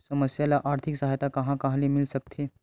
समस्या ल आर्थिक सहायता कहां कहा ले मिल सकथे?